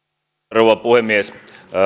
rouva puhemies